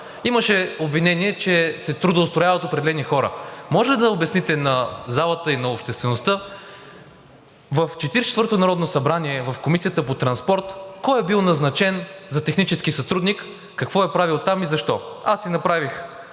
Имаше обвинение, че се трудоустрояват определени хора. Може ли да обясните на залата и на обществеността – в Четиридесет и четвъртото народно събрание в Комисията по транспорт кой е бил назначен за технически сътрудник? Какво е правил и защо? Аз си направих